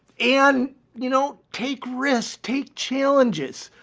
and, you know, take risks, take challenges.